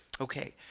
Okay